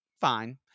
fine